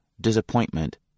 disappointment